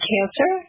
Cancer